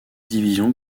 division